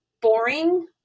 boring